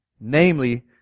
Namely